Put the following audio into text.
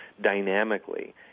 dynamically